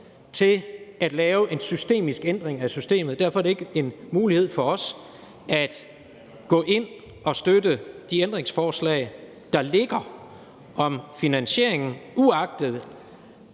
til at lave en ændring af systemet, og derfor er det ikke en mulighed for os at gå ind og støtte de ændringsforslag, der ligger om finansieringen, uagtet